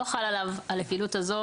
לא חל על הפעילות הזאת.